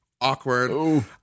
awkward